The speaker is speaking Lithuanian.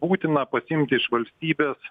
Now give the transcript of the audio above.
būtina pasiimti iš valstybės